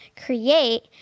create